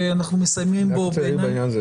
שאנחנו מסיימים -- אני רק רוצה להגיד בעניין הזה